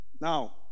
Now